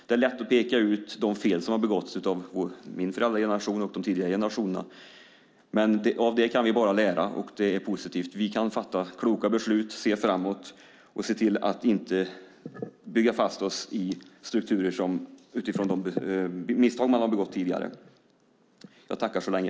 Det är lätt att peka ut de fel som har begåtts av min föräldrageneration och de tidigare generationerna, men av det kan vi bara lära. Det är positivt. Vi kan fatta kloka beslut, se framåt och se till att inte bygga fast oss i strukturer utifrån de misstag man har begått tidigare.